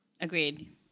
Agreed